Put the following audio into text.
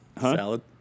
Salad